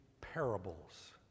parables